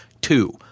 two